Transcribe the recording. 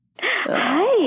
Hi